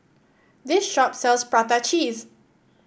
this shop sells Prata Cheese